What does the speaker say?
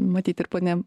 matyt ir ponia